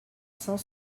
cent